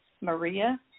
Maria